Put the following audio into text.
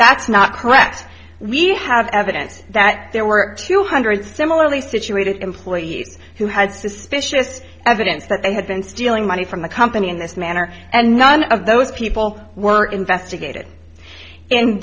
that's not correct we have evidence that there were two hundred similarly situated employees who had suspicious evidence that they had been stealing money from the company in this manner and none of those people were investigated